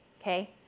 okay